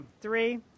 Three